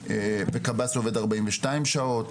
וקב"ס עובד ארבעים ושתיים שעות.